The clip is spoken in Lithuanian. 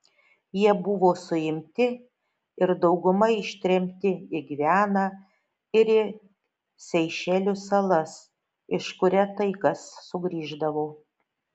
jie buvo suimti ir dauguma ištremti į gvianą ir į seišelių salas iš kur retai kas sugrįždavo